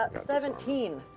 ah seventeen.